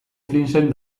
flinsen